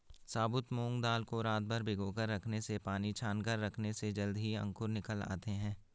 साबुत मूंग दाल को रातभर भिगोकर रखने से पानी छानकर रखने से जल्दी ही अंकुर निकल आते है